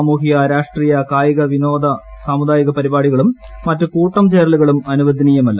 സാമൂഹിക രാഷ്ട്രീയ കായിക വിനോദ സാമുദായിക പരിപാടികളും മറ്റ് കൂട്ടം ചേരലുകളും അനുവദനീയമല്ല